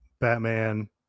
Batman